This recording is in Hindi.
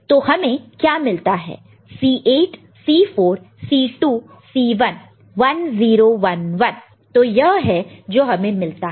तो हमें क्या मिलता है C8 C4 C2 C1 1 0 1 1 तो यह है जो हमें मिलता है